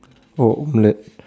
oh omelette